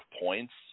points